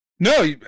No